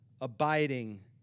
abiding